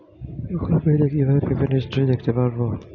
Google Pay তে কিভাবে payment history দেখতে পারবো?